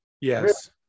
Yes